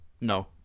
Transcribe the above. No